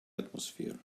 atmosphere